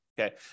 okay